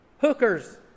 Hookers